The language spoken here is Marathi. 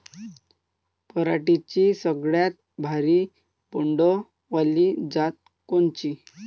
पराटीची सगळ्यात भारी बोंड वाली जात कोनची?